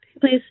Please